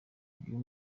uyu